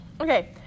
okay